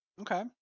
Okay